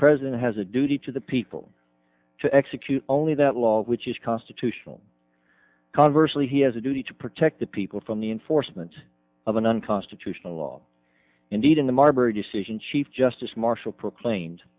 president has a duty to the people to execute only that law which is constitutional conversely he has a duty to protect the people from the enforcement of an unconstitutional law indeed in the marbury decision chief justice marshall proclaimed